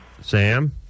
Sam